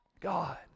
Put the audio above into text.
God